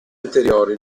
anteriori